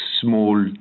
small